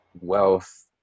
wealth